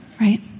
Right